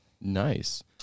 Nice